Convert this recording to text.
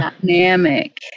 dynamic